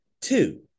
two